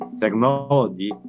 technology